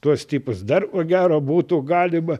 tuos tipus dar ko gero būtų galima